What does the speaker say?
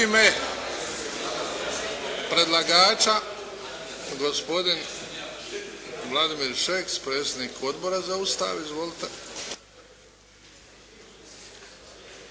U ime predlagača gospodin Vladimir Šeks, predsjednik Odbora za Ustav. Izvolite.